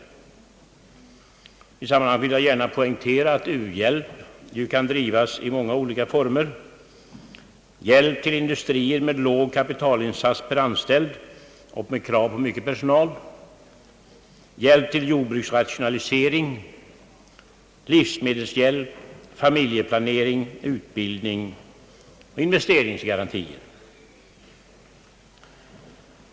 I detta sammanhang vill jag gärna betona att u-hjälp kan bedrivas i många olika former: hjälp till industrier med låg kapitalinsats per anställd och med stort behov av personal, hjälp till jordbruksrationalisering, livsmedelshjälp, familjeplanering, utbildning och investeringsgarantier.